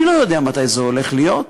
ואני לא יודע מתי זה הולך להיות,